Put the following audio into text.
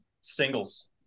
singles